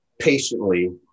patiently